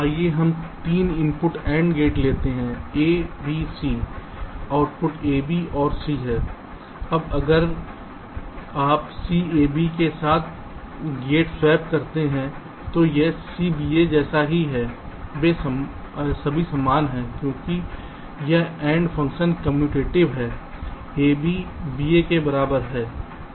आइए हम एक 3 इनपुट AND गेट लेते हैं ABC आउटपुट AB और C है अब अगर आप CAB के साथ गेट स्वैप करते हैं तो यह CBA जैसा ही है वे सभी समान हैं क्योंकि यह AND फ़ंक्शन कम्यूटेटिव है AB B A के बराबर है